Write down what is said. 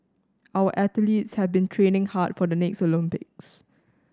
our athletes have been training hard for the next Olympics